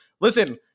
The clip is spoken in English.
listen